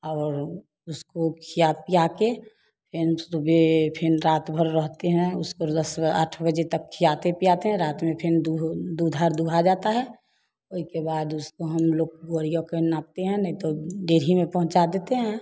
और उसको खिला पिला कर फिर सुबह फिर रात भर रहते हैं उसको दस आठ बजे तक खिलाते पिलाते हैं रात में फिर दुह दूधर दुआ जाता है उसके बाद उसको हम लोग गुहरिया के नापते हैं नहीं तो डेरी में पहुँचा देते हैं